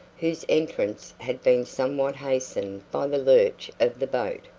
whose entrance had been somewhat hastened by the lurch of the boat.